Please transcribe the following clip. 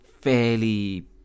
fairly